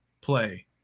play